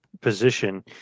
position